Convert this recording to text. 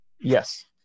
Yes